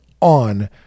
on